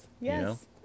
yes